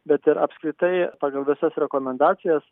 bet ir apskritai pagal visas rekomendacijas